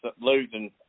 losing